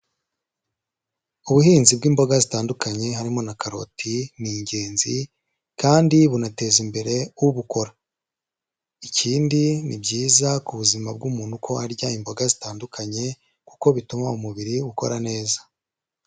Ubuhinzi bw'imboga zitandukanye harimo na karoti ni ingenzi kandi bunateza imbere ubukora, ikindi ni byiza ku buzima bw'umuntu ko arya imboga zitandukanye kuko bituma umubiri ukora neza.